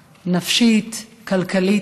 נפשית, כלכלית.